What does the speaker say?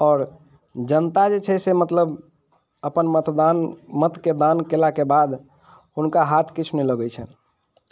आओर जनता जे छै से मतलब अपन मतदान मतके दान कयलाके बाद हुनका हाथ किछु नहि लगैत छनि